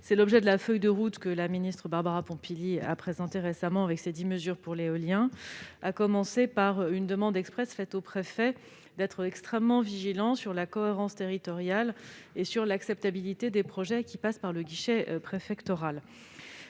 C'est l'objet de la feuille de route que Mme la ministre Barbara Pompili a présentée récemment, qui comportait dix mesures pour l'éolien, à commencer par la demande expresse faite aux préfets d'être extrêmement vigilants à la cohérence territoriale et à l'acceptabilité des projets passant par le guichet préfectoral.